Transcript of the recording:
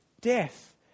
death